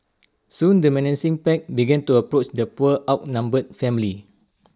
soon the menacing pack began to approach the poor outnumbered family